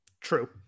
True